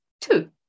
two